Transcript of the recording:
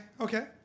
okay